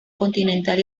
continental